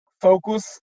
focus